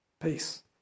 peace